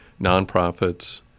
nonprofits